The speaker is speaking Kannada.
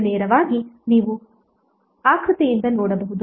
ಇದು ನೇರವಾಗಿ ನೀವು ಆಕೃತಿಯಿಂದ ನೋಡಬಹುದು